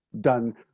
done